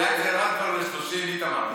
בינתיים זה ירד כבר ל-30, איתמר.